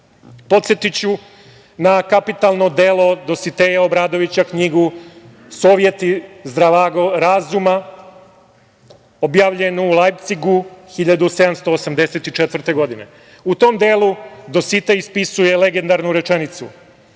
podsetiću na kapitalno delo Dositeja Obradovića, knjigu „Sovjeti zdravago razuma“ objavljenu u Lajpcigu 1784. godine. U tom delu Dositej ispisuje legendarnu rečenicu: